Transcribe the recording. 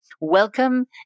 welcome